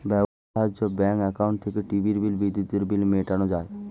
ব্যবহার্য bank account থেকে টিভির বিল, বিদ্যুতের বিল মেটানো যায়